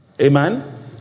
Amen